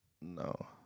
No